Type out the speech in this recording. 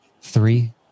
Three